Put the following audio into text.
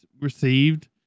received